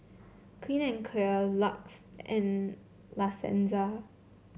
Clean and Clear Lux and La Senza